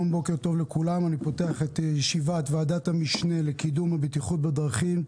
אני פותח את ישיבת ועדת המשנה לקידום הבטיחות בדרכים.